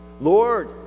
Lord